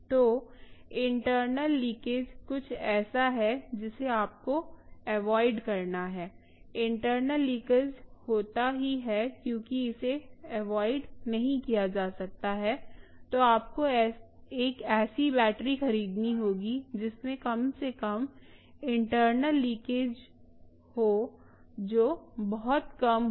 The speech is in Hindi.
तो इंटरनल लीकेज कुछ ऐसा है जिसे आपको अवॉयड करना है इंटरनल लीकेज होता ही है क्यूंकि इसे अवॉयड नहीं किया जा सकता है तो आपको एक ऐसी बैटरी खरीदनी होगी जिसमें कम से कम इंटरनल लीकेज हो जो बहुत कम हो